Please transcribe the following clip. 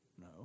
no